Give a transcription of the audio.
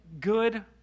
good